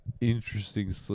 interesting